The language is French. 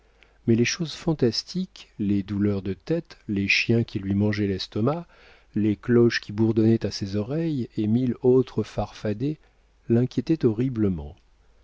mais les choses fantastiques les douleurs de tête les chiens qui lui mangeaient l'estomac les cloches qui bourdonnaient à ses oreilles et mille autres farfadets l'inquiétaient horriblement